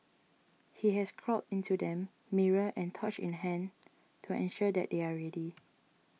he has crawled into them mirror and torch in hand to ensure that they are ready